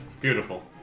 Beautiful